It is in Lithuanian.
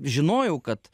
žinojau kad